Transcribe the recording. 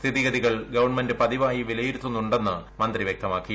സ്ഥിതിഗതികൾ ഗവണ്മെന്റ് പതിവായി വിലയിരുത്തുന്നുണ്ടെന്ന് മന്ത്രി വ്യക്തമാക്കി